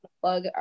plug